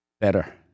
Better